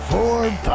Ford